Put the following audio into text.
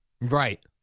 Right